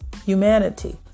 Humanity